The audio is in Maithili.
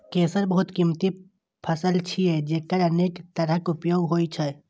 केसर बहुत कीमती फसल छियै, जेकर अनेक तरहक उपयोग होइ छै